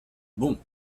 bon